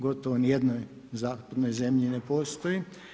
Gotovo ni jednoj zapadnoj zemlji ne postoji.